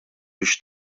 biex